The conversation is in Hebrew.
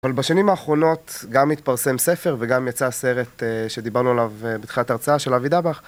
אבל בשנים האחרונות גם התפרסם ספר וגם יצא סרט שדיברנו עליו בתחילת ההרצאה של אבי דבח.